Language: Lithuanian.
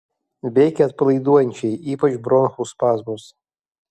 veikia atpalaiduojančiai ypač bronchų spazmus